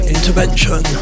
Intervention